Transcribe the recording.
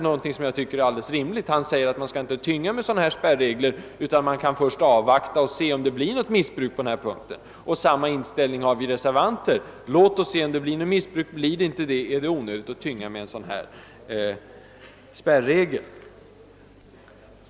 Socialministern uttalar att man inte bör tynga bestämmelserna med spärrregler av detta slag utan först avvakta och se om något missbruk på denna punkt uppstår. Vi reservanter har samma uppfattning. Låt oss se om det blir något missbruk. Om så inte blir fallet är det onödigt att tynga bestämmelserna med en spärregel.